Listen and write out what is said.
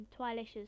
Twilicious